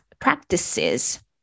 practices